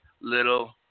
Little